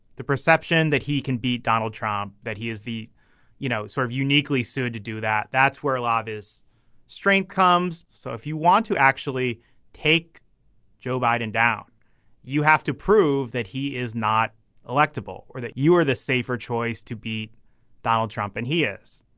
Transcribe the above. the perception that he can beat donald trump that he is the you know sort of uniquely suited to do that. that's where a lot of his strength comes. so if you want to actually take joe biden down you have to prove that he is not electable or that you are the safer choice to beat donald trump and he is.